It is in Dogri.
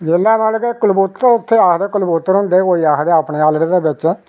जेहले मतलब के कबूतर उत्थै आखदे कबूतर होंदे है कोई आखदे अपने आलड़े दे बिच